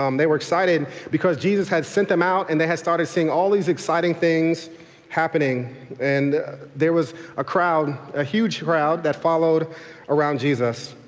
um they were excited because jesus had sent them out. and they had started seeing all these exciting things happening and there was a crowd, a huge crowd that followed around jesus.